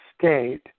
state